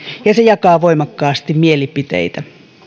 ja se jakaa voimakkaasti mielipiteitä